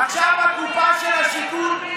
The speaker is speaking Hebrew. עכשיו בקופה של השיכון,